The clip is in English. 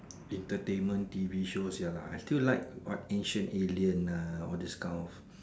entertainment T_V show ya lah I still like what ancient alien ah all this kind of